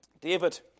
David